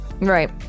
right